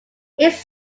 its